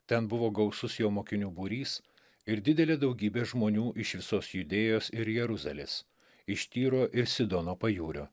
ten buvo gausus jo mokinių būrys ir didelė daugybė žmonių iš visos judėjos ir jeruzalės iš tyro ir sidono pajūrio